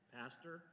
pastor